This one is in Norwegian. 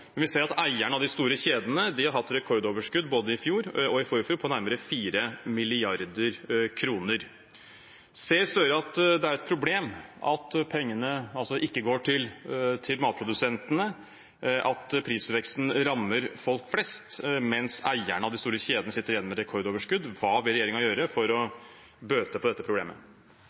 Men vi ser at eierne av de store kjedene har hatt rekordoverskudd både i fjor og i forfjor på nærmere 4 mrd. kr. Ser Støre at det er et problem at pengene ikke går til matprodusentene, og at prisveksten rammer folk flest, mens eierne av de store kjedene sitter igjen med et rekordoverskudd? Hva vil regjeringen gjøre for å bøte på dette problemet?